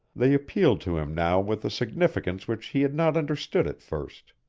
they appealed to him now with a significance which he had not understood at first.